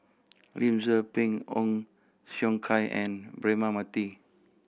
Lim Tze Peng Ong Siong Kai and Braema Mathi